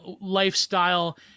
lifestyle